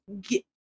get